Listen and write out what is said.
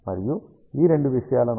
మరియు ఈ రెండు విషయాల నుండి LO 3